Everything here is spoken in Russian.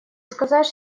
сказать